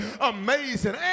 amazing